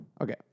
Okay